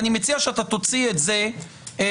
אני מציע שאתה תוציא את זה מכיוון